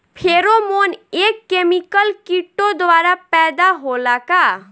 Pheromone एक chemical किटो द्वारा पैदा होला का?